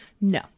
No